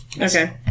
Okay